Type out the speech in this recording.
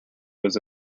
was